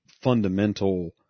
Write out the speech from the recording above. fundamental